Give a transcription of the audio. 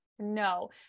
no